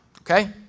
okay